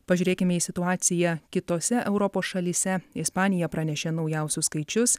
pažiūrėkime į situaciją kitose europos šalyse ispanija pranešė naujausius skaičius